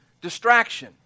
distraction